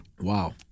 Wow